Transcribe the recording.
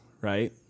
right